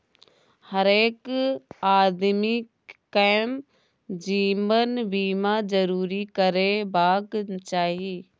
हरेक आदमीकेँ जीवन बीमा जरूर करेबाक चाही